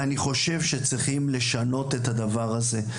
ואני חושב שצריכים לשנות את הדבר הזה.